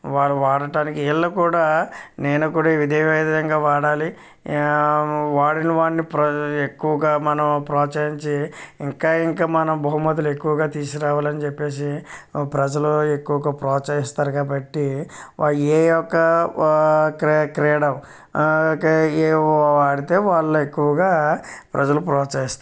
వారు ఆడటానికి వీళ్ళు కూడా నేను కూడా ఇదేవిధంగా ఆడాలి ఆడిన వాణ్ని ఎక్కువగా మనం ప్రోత్సహించి ఇంకా ఇంకా మనం బహుమతులు ఎక్కువగా తీసురావాలని చెప్పి ప్రజలు ఎక్కువగా ప్రోత్సహిస్తారు కాబట్టి ఈ యొక్క క్రీ క్రీడ ఆడితే వాళ్ళు ఎక్కువగా ప్రజలు ప్రోత్సహిస్తారు